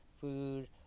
food –